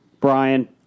Brian